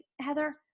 Heather